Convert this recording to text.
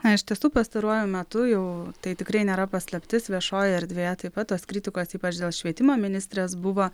na iš tiesų pastaruoju metu jau tai tikrai nėra paslaptis viešojoje erdvėje taip pat tos kritikos ypač dėl švietimo ministrės buvo